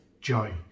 joy